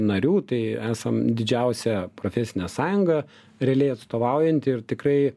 narių tai esam didžiausia profesinė sąjunga realiai atstovaujanti ir tikrai